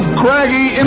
craggy